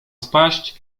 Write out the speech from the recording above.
spaść